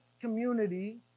community